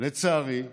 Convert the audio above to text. לצערי,